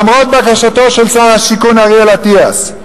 למרות בקשתו של שר השיכון אריאל אטיאס,